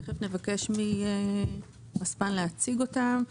תכף נבקש מרספ"ן להציג אותם.